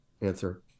answer